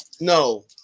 No